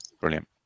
brilliant